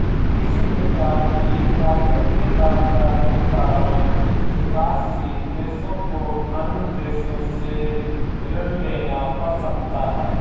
किसी प्रकार की प्राकृतिक आपदा के कारण विकासशील देशों को अन्य देशों से ऋण लेना पड़ सकता है